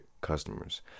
customers